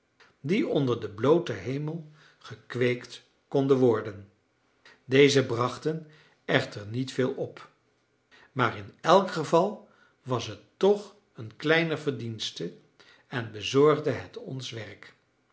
die onder den blooten hemel gekweekt konden worden deze brachten echter niet veel op maar in elk geval was het toch een kleine verdienste en bezorgde het ons werk